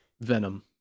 Venom